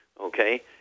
okay